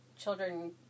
children